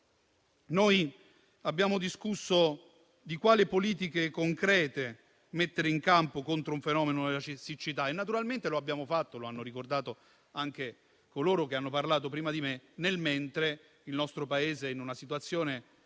Abbiamo discusso di quali politiche concrete mettere in campo contro il fenomeno della siccità e naturalmente lo abbiamo fatto - lo hanno ricordato anche coloro che sono intervenuti prima di me - nel mentre una parte di questo Paese era in una situazione